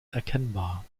erkennbar